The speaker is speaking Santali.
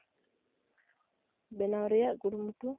ᱵᱮᱱᱟᱣ ᱨᱮᱭᱟᱜ ᱠᱩᱨᱩᱢᱩᱴᱩᱜ